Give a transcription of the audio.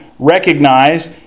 Recognize